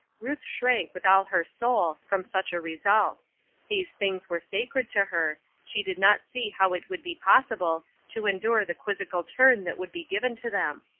ruth shrank with all her soul from such a result these things were sacred to her she did not see how it would be possible to endure the quizzical turn that would be given to them.